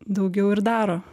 daugiau ir daro